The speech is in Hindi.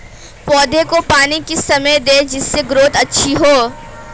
पौधे को पानी किस समय दें जिससे ग्रोथ अच्छी हो?